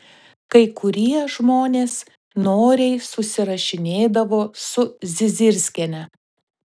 kai kurie žmonės noriai susirašinėdavo su zizirskiene